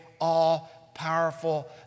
all-powerful